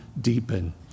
deepen